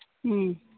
ꯎꯝ